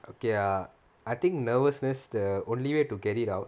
okay err I think nervousness the only way to get it out